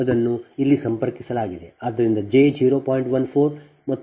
ಆದ್ದರಿಂದ ಇಲ್ಲಿ ಬಸ್ 2 ಅದನ್ನು ಇಲ್ಲಿ ಸಂಪರ್ಕಿಸಲಾಗಿದೆ